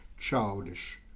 childish